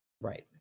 Right